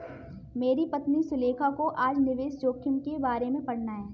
मेरी पत्नी सुलेखा को आज निवेश जोखिम के बारे में पढ़ना है